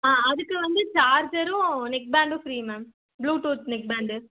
ஆ அதுக்கு வந்து சார்ஜரும் நெக் பேண்டும் free ma'am Bluetooth neck pant